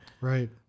right